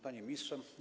Panie Ministrze!